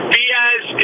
Diaz